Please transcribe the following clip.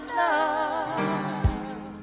love